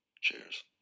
Cheers